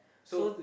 so